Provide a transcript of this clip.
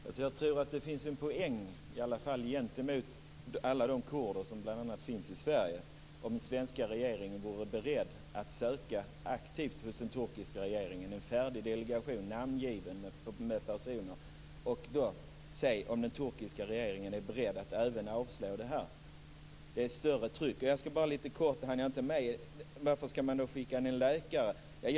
Fru talman! Jag tror att det finns en poäng, i alla fall gentemot alla de kurder som bl.a. finns i Sverige, om den svenska regeringen är beredd att aktivt skicka en färdig delegation med namngivna personer till den turkiska regeringen. Då får vi se om den turkiska regeringen är beredd att avslå även den begäran. Det blir ett större tryck. Jag skall bara lite kort beröra varför man skall skicka ned en läkare. Det hann jag inte med.